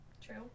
true